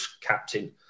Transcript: captain